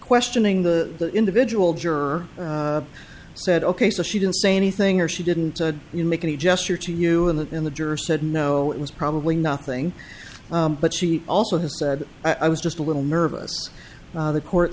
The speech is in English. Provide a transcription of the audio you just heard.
questioning the individual juror said ok so she didn't say anything or she didn't make any gesture to you in the in the juror said no it was probably nothing but she also has said i was just a little nervous the court